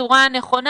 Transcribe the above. בצורה הנכונה.